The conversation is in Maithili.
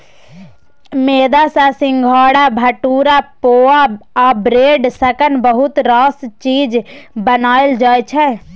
मेदा सँ सिंग्हारा, भटुरा, पुआ आ ब्रेड सनक बहुत रास चीज बनाएल जाइ छै